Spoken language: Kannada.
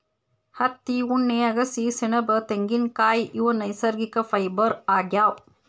ಹತ್ತಿ ಉಣ್ಣೆ ಅಗಸಿ ಸೆಣಬ್ ತೆಂಗಿನ್ಕಾಯ್ ಇವ್ ನೈಸರ್ಗಿಕ್ ಫೈಬರ್ ಆಗ್ಯಾವ್